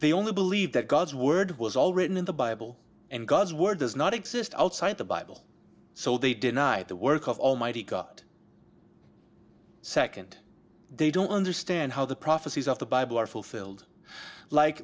they only believe that god's word was all written in the bible and god's word does not exist outside the bible so they deny the work of almighty god second they don't understand how the prophecies of the bible are fulfilled like